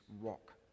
rock